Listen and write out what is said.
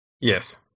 Yes